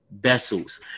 Vessels